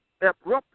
abruptly